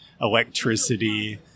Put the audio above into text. electricity